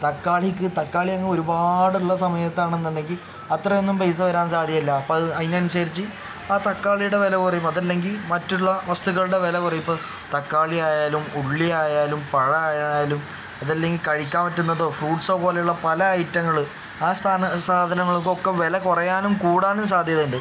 തക്കാളിക്ക് തക്കാളി അങ്ങ് ഒരുപാടുള്ള സമയത്താണെന്നുണ്ടെങ്കിൽ അത്രയൊന്നും പൈസ വരാൻ സാധ്യത ഇല്ല അപ്പം അത് അതിന് അനുസരിച്ച് ആ തക്കാളിയുടെ വില കുറയും അത് അല്ലെങ്കിൽ മറ്റുള്ള വസ്തുക്കളുടെ വില കുറയും ഇപ്പം തക്കാളി ആയാലും ഉള്ളി ആയാലും പഴമായാലും അതല്ലെങ്കിൽ കഴിക്കാൻ പറ്റുന്നതോ ഫ്രൂട്ട്സോ പോലെയുള്ള പല ഐറ്റങ്ങൾ ആ സ്ഥ സാധങ്ങൾക്ക് ഒക്കെ വില കുറയാനും കൂടാനും സാധ്യത ഉണ്ട്